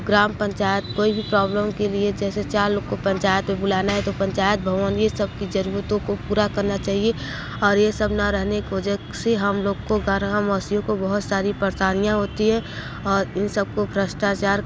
ग्राम पंचायत कोई भी प्रॉब्लम के लिए जैसे चार लोग को पंचायत बुलाना है तो पंचायत भवन यह सब की ज़रूरतों को पूरा करना चाहिए और यह सब न रहने की वजह से हम लोग को ग्रामवासियों को बहुत सारी परेशानियाँ होती है और इन सबको भ्रष्टाचार